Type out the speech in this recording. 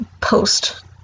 post